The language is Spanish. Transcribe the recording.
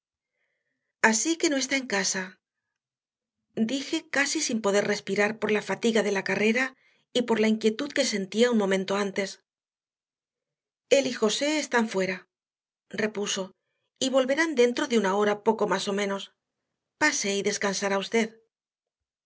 así que no está en casa dije casi sin poder respirar por la fatiga de la carrera y por la inquietud que sentía un momento antes él y josé están fuera repuso y volverán dentro de una hora poco más o menos pase y descansará usted